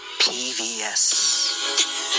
PVS